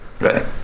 Right